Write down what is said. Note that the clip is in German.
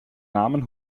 namen